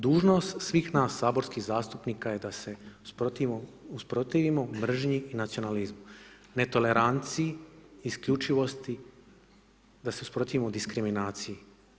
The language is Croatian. Dužnost svih nas saborskih zastupnika je da se usprotivimo mržnji i nacionalizmu, netoleranciji, isključivosti, da se usprotivimo diskriminaciji.